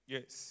Yes